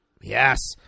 Yes